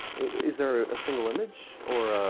is there a single image or